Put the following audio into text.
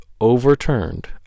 overturned